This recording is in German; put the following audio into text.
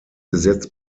gesetz